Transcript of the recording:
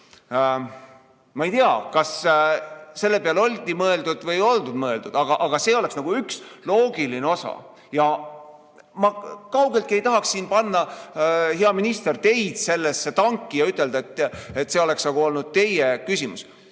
Ma ei tea, kas selle peale oli mõeldud või poldud mõeldud, aga see oleks nagu üks loogiline osa. Ja ma kaugeltki ei tahaks siin panna, hea minister, teid sellesse tanki ja ütelda, et see oleks olnud teie küsimus.